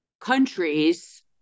countries